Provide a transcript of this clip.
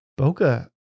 bokeh